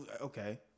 Okay